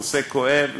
נושא כואב,